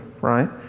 right